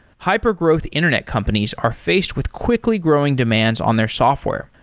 hypergrowth internet companies are faced with quickly growing demands on their software.